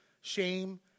shame